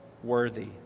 worthy